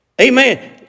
Amen